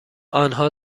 آنها